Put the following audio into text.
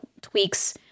tweaks